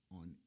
on